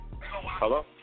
Hello